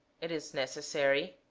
it is necessary